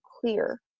clear